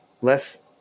less